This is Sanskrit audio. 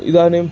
इदानीं